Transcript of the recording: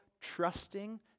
trusting